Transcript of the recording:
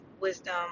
wisdom